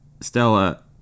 Stella